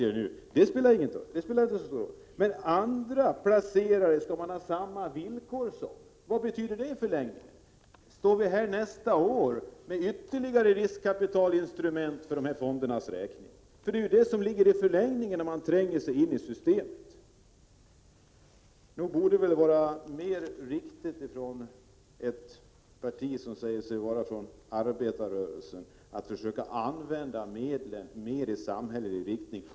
Och vad betyder det att man skall ha samma villkor som andra placerare? Står vi då här nästa år med ytterligare riskkapitalinstrument för de här fondernas räkning? Det är ju det som ligger i förlängningen, när man ger sig in i systemet. Nog borde det vara mer riktigt — för ett parti som säger sig företräda arbetarrörelsen — att försöka använda medlen mer i samhällelig riktning.